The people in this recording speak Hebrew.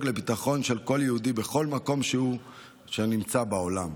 לביטחון של כל יהודי בכל מקום שהוא נמצא בו בעולם.